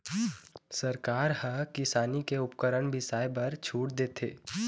सरकार ह किसानी के उपकरन बिसाए बर छूट देथे